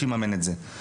שיממן את זה.